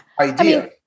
idea